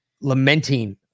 lamenting